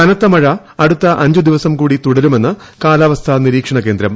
കനത്തമഴ അടുത്ത അഞ്ചു ദിവസം കൂടി തുടരുമെന്ന് കാലാവസ്ഥാ നിരീക്ഷണ കേന്ദ്രം